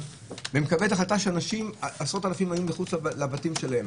מקבלת החלטה שעשרות-אלפים היו מחוץ לבתים שלהם,